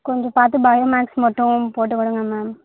கொஞ்சம் பார்த்து bio max மட்டும் போட்டு கொடுங்க மேம்